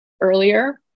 earlier